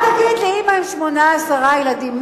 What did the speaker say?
מה תגיד לאמא עם שמונה, עשרה ילדים?